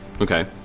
Okay